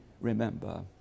remember